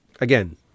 again